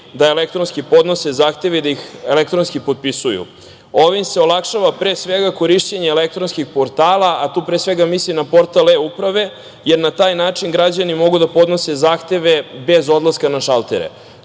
da elektronski podnose zahteve i da elektronski potpisuju. Ovim se olakšava pre svega, korišćenje elektronskih portala, a tu pre svega mislim na portal e-uprave, jer na taj način građani mogu da podnose zahteve, bez odlaska na šalter. To